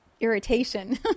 irritation